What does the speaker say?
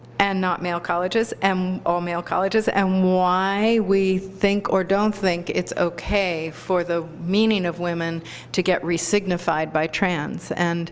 and not male colleges and all-male colleges, and why we think or don't think it's ok for the meaning of women to get resignified by trans. and